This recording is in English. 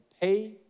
pay